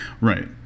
Right